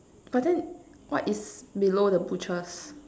but then what is below the butchers